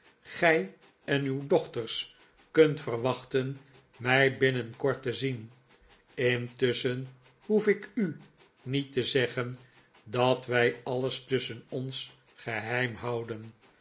gij en uw dochters kunt verwachten mij binnenkort te zien intusschen hoef ik u niet te zeggen dat wij alles tusschen ons geheim houden